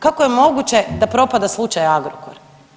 Kako je moguće da propada slučaj Agrokor?